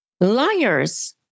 Liars